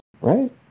right